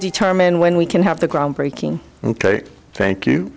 determine when we can have the groundbreaking ok thank you